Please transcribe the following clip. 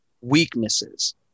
weaknesses